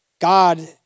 God